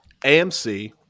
AMC